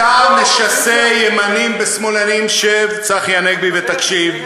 אתה משסה ימנים בשמאלנים, שב, צחי הנגבי, ותקשיב.